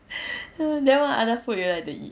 then what other food you like to eat